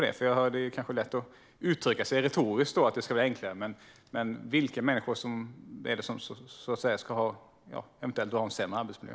Det kanske är lätt att uttrycka sig retoriskt att det ska vara enklare. Men vilka människor är det som eventuellt ska ha en sämre arbetsmiljö?